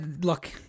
look